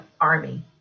army